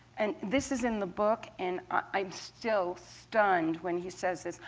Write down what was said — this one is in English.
and this is in the book, and i'm still stunned when he says this.